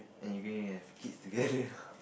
and you going to have kids together